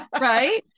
right